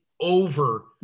over